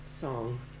song